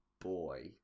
boy